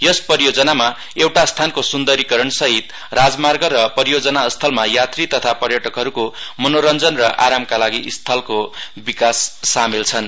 यस परियोजनामा एउटा स्थानको सुन्दरीकरणसहित राजमार्ग र परियोजना स्थलमा यात्री तथा पर्यटकहरूको मनोरञ्जन र आरामका लागि स्थलको विकास सामेल छन